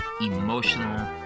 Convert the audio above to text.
emotional